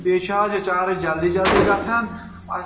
بیٚیہِ چھِ حظ یہِ چارٕج جَلدی جَلدی گژھان اَتھ